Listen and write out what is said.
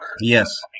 Yes